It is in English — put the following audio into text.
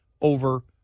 over